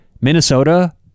Minnesota